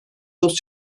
dost